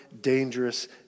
dangerous